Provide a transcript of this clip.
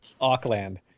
Auckland